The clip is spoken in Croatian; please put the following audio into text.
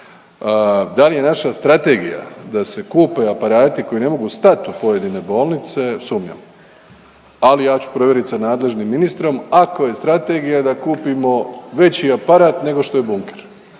Da li je naša strategija da se kupe aparati koji ne mogu stat u pojedine bolnice sumnjam, ali ja ću provjerit sa nadležnim ministrom ako je strategija kupimo već aparat nego što je bunker.